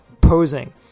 posing